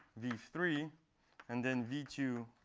v three and then v two,